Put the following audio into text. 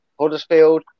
Huddersfield